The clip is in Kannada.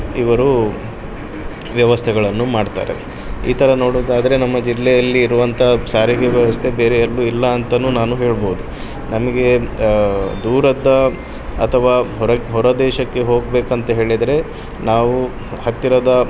ಇವರು ವ್ಯವಸ್ಥೆಗಳನ್ನು ಮಾಡ್ತಾರೆ ಈ ಥರ ನೋಡುದಾದರೆ ನಮ್ಮ ಜಿಲ್ಲೆಯಲ್ಲಿ ಇರುವಂಥ ಸಾರಿಗೆ ವ್ಯವಸ್ಥೆ ಬೇರೆ ಎಲ್ಲೂ ಇಲ್ಲ ಅಂತಲೂ ನಾನು ಹೇಳ್ಬೋದು ನಮಗೆ ದೂರದ ಅಥವಾ ಹೊರದೇಶಕ್ಕೆ ಹೋಗಬೇಕಂತ ಹೇಳಿದರೆ ನಾವು ಹತ್ತಿರದ